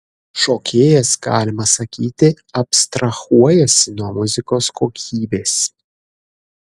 šokėjas galima sakyti abstrahuojasi nuo muzikos kokybės